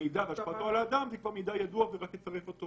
המידע והשפעתו על האדם זה כבר מידע ידוע ורק תצרף אותו